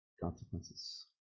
consequences